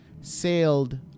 sailed